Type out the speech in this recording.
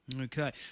Okay